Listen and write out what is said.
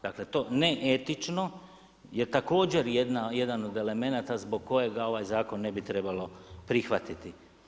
Dakle to neetično je također jedan od elemenata zbog kojega ovaj zakon ne bi trebalo prihvatiti.